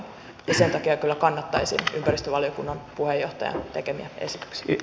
ja sen takia kyllä kannattaisin ympäristövaliokunnan puheenjohtajan tekemiä esityksiä